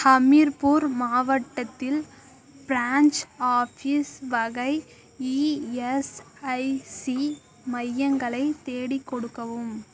ஹமிர்பூர் மாவட்டத்தில் branch office வகை ESIC மையங்களை தேடிக் கொடுக்கவும்